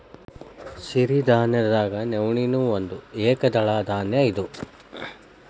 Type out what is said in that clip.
ಸಿರಿಧಾನ್ಯದಾಗ ನವಣೆ ನೂ ಒಂದ ಏಕದಳ ಧಾನ್ಯ ಇದ